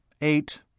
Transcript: eight